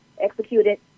executed